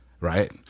Right